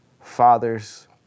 Fathers